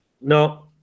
no